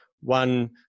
one